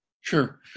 Sure